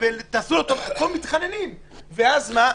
ואז מה?